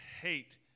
hate